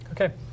Okay